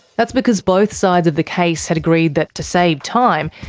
that's because both sides of the case had agreed that to save time,